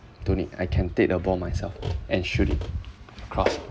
don't need I can take the ball myself and shoot it across